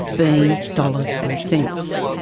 being dollars and cents.